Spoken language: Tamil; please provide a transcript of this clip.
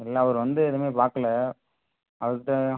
இல்லை அவரு வந்து எதுவுமே பார்க்கல அவர்கிட்ட